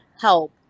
help